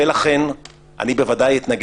ולכן אני בוודאי אתנגד,